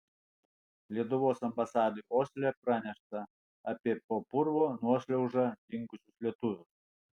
lietuvos ambasadai osle pranešta apie po purvo nuošliauža dingusius lietuvius